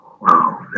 wow